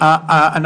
אני עונה.